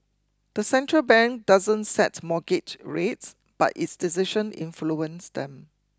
the central bank doesn't set mortgage rates but its decision influence them